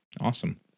Awesome